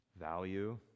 value